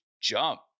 jump